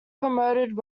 promoted